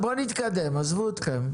בואו נתקדם, עזבו אתכם.